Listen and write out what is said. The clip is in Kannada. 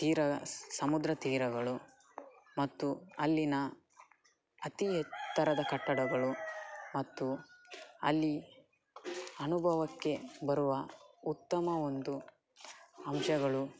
ತೀರ ಸಮುದ್ರ ತೀರಗಳು ಮತ್ತು ಅಲ್ಲಿನ ಅತೀ ಎತ್ತರದ ಕಟ್ಟಡಗಳು ಮತ್ತು ಅಲ್ಲಿ ಅನುಭವಕ್ಕೆ ಬರುವ ಉತ್ತಮ ಒಂದು ಅಂಶಗಳು